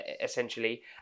essentially